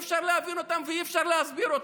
אי-אפשר להבין אותם ואי-אפשר להסביר אותם,